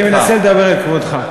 אני מנסה לדבר אל כבודך.